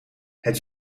het